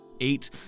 Eight